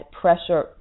pressure